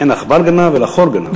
אין עכבר גנב אלא החור גנב.